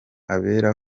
abera